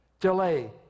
Delay